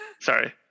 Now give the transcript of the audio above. sorry